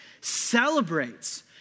celebrates